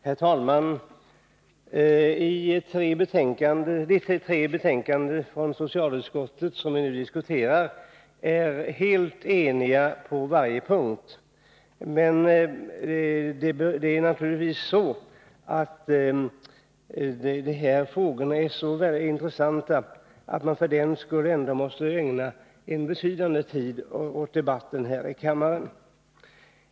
Herr talman! I de tre betänkanden från socialutskottet som nu diskuteras är vi helt eniga på varje punkt. Men de här frågorna är naturligtvis så intressanta att vi för den skull måste ägna betydande tid åt debatten här i kammaren.